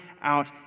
out